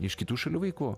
iš kitų šalių vaikų